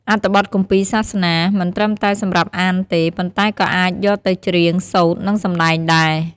អត្ថបទគម្ពីរសាសនា មិនត្រឹមតែសម្រាប់អានទេ ប៉ុន្តែក៏អាចយកទៅច្រៀង សូត្រ និងសម្ដែងដែរ។